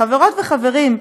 חברות וחברים,